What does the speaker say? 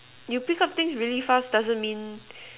you pick up things really fast doesn't mean